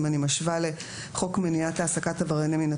אם אני משווה לחוק מניעת העסקת עברייני מין,